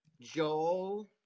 Joel